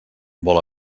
vol